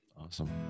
awesome